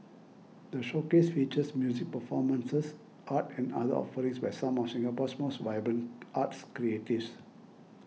the showcase features music performances art and other offerings by some of Singapore's most vibrant arts creatives